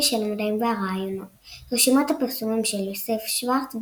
של המדעים והרעיונות רשימת הפרסומים של יוסף שורץ,